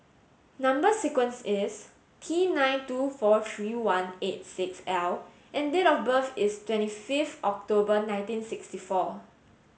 number sequence is T nine two four three one eight six L and date of birth is twenty five October nineteen sixty four